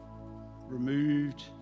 removed